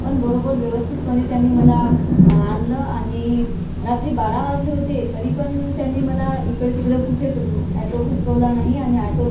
पण बरोबर व्यवस्थितपणे त्यांनी मला आणलं आणि रात्री बारा वाजले होते तरी पण त्यांनी मला इकडंतिकडं कुठेच ॲटो भटकवला नाही आणि आटोत